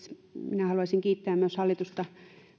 minä haluaisin kiittää hallitusta